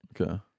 Okay